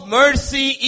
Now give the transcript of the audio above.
mercy